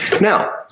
Now